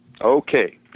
Okay